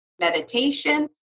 meditation